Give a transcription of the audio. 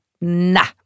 Nah